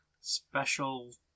Special